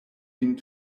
vin